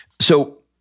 So-